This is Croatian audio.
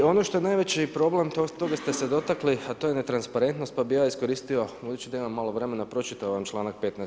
I ono što je najveći problem, toga ste se dotakli, a to je netransparentnost, pa bih ja iskoristio budući da imam malo vremena pročitao vam članak 15.